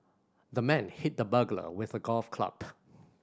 the man hit the burglar with a golf club